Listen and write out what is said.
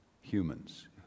humans